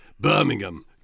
Birmingham